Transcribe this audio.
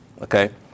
Okay